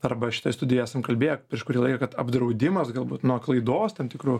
arba šitoj studijoj esamę kalbėję prieš kurį laiką kad apdraudimas galbūt nuo klaidos tam tikrų